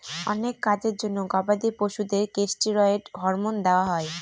অনেক কাজের জন্য গবাদি পশুদের কেষ্টিরৈড হরমোন দেওয়া হয়